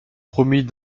promis